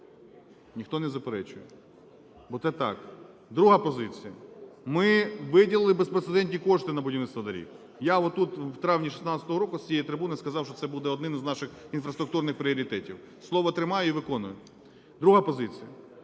Ніхто не заперечує, бо це так. Друга позиція. Ми виділили безпрецедентні кошти на будівництво доріг. Я тут в травні 16-го року з цієї трибуни сказав, що це буде одним з наших інфраструктурних пріоритетів. Слово тримаю і виконую. Друга позиція.